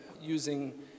using